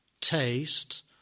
taste